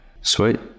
Sweet